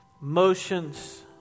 motions